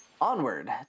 onward